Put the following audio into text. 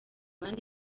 abandi